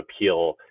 appeal